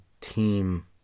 team